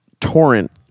Torrent